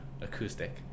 acoustic